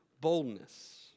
boldness